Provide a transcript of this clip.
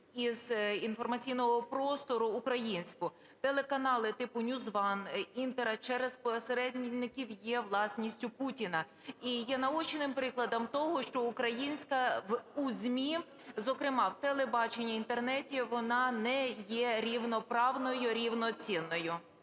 із інформаційного простору українську. Телеканали типуNewsOne, "Інтера" через посередників є власністю Путіна, і є наочним прикладом того, що українська, у ЗМІ, зокрема в телебаченні, Інтернеті, вона не є рівноправною, рівноцінною.